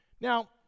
Now